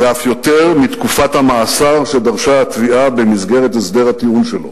ואף יותר מתקופת המאסר שדרשה התביעה במסגרת הסדר הטיעון שלו.